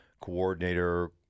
coordinator